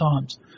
times